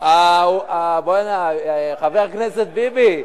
בוא הנה, חבר הכנסת ביבי.